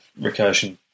recursion